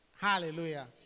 Hallelujah